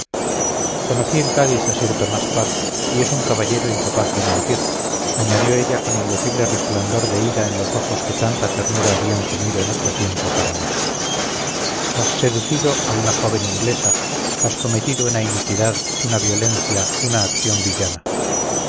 conocí en cádiz a sir tomás parr y es un caballero incapaz de mentir añadió ella con indecible resplandor de ira en los ojos que tanta ternura habían tenido en otro tiempo para mí has seducido a una joven inglesa has cometido una iniquidad una violencia una acción villana